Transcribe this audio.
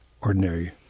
ordinary